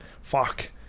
fuck